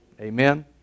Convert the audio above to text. Amen